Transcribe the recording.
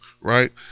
right